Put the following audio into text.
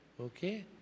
okay